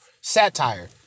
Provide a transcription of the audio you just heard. Satire